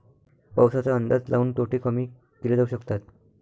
पाऊसाचा अंदाज लाऊन तोटे कमी केले जाऊ शकतात